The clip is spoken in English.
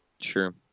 Sure